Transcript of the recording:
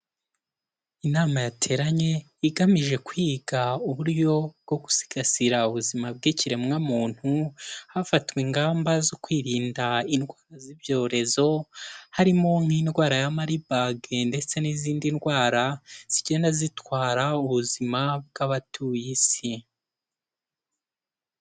Inama yateranye, igamije kwiga uburyo bwo gusigasira ubuzima bw'ikiremwamuntu, hafatwa ingamba zo kwirinda indwara z'ibyorezo, harimo n'indwara ya Maribage, ndetse n'izindi ndwara zigenda zitwara ubuzima bw'abatuye Isi.